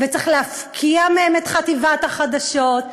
וצריך להפקיע מהם את חטיבת החדשות,